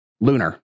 Lunar